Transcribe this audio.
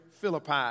Philippi